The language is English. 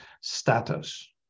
status